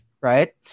right